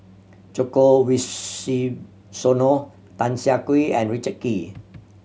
Djoko Wibisono Tan Siah Kwee and Richard Kee